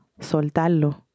soltarlo